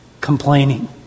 Complaining